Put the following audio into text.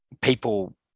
people